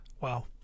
wow